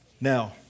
now